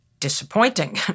disappointing